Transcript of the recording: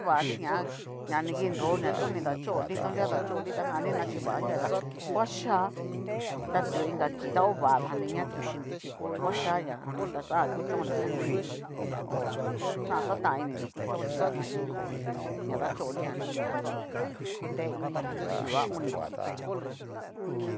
Chivanriña ñanikinro to ni dachonri tu nunguan ni dachonri tajan ni na xhivanria, ta ngua xhia, ta tu'u inga kii ta ovadani na kuxhinri chí ngua xhía ña a ja taxajan kuchonri ñajan u jum, xajan xatanininri kuchónria kuchónnri ñajan ña ikui ña dachunrijan ta u'ña nroa kunre inia uu a oni kii.